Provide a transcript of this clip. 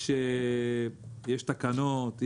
יש תקנות,